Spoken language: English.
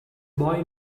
boy